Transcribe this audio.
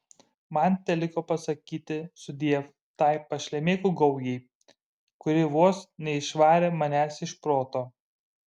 man teliko pasakyti sudiev tai pašlemėkų gaujai kuri vos neišvarė manęs iš proto